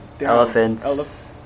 elephants